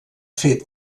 fet